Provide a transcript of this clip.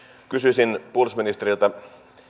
kysyisin puolustusministeriltä